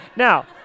Now